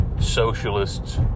socialists